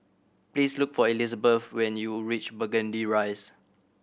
please look for Elisabeth when you reach Burgundy Rise